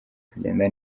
kugenda